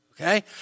Okay